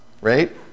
right